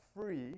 free